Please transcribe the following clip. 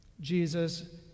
Jesus